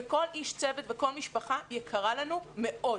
וכל איש צוות וכל משפחה יקרים לנו מאוד,